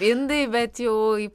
indai bet jau į